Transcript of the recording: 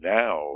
now